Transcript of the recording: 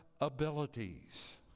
abilities